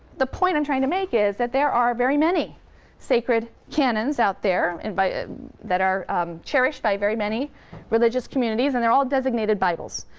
the point i'm trying to make is that there are very many sacred canons out there and that are cherished by very many religious communities, and they're all designated bibles.